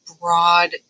broad